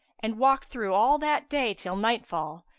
and walked through all that day till nightfall,